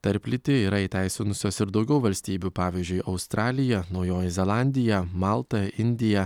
tarplytį yra įteisinusios ir daugiau valstybių pavyzdžiui australija naujoji zelandija malta indija